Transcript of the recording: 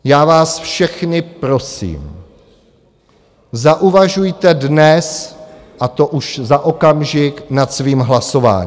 Já vás všechny prosím, zauvažujte dnes, a to už za okamžik, nad svým hlasováním.